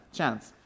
Chance